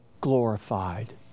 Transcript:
glorified